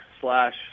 slash